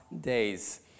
days